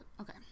Okay